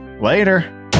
Later